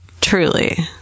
truly